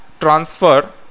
transfer